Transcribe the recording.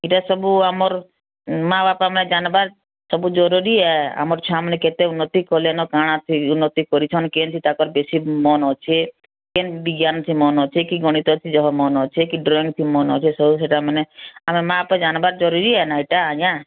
ଏଟା ସବୁ ଆମର ମା ବାପ ମାନେ ଜାଣିବାର ସବୁ ଜରୁରୀ ହେ ଆମର ଛୁଆମାନ କେତେ ଉନ୍ନତି କଲେନ କଣ ଉନ୍ନତି କରିଛନ କେନ୍ତି ତାଙ୍କର ବେଶୀ ମନ ଅଛି କିନ ବିଜ୍ଞାନ ଠି ମନ ଅଛି କି ଗଣିତରେ ମନ ଅଛି କି ଡ୍ରଇଂ କି ମନ ଅଛି ସବୁ ସେଟା ମାନେ ଆମେ ମା ବାପା ଜାଣିବା ଜରୁରୀ ସେଟା ଆଜ୍ଞା